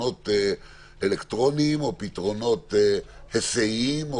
אלקטרוניים או היסעים,